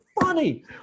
funny